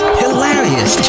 hilarious